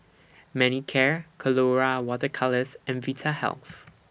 Manicare Colora Water Colours and Vitahealth